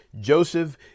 Joseph